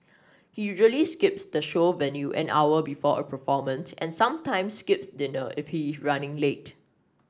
he usually skips the show venue an hour before a performance and sometimes skips dinner if he is running late